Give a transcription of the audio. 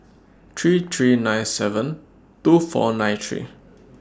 three three nine seven two four nine three